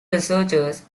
researchers